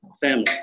family